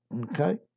okay